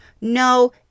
No